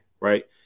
Right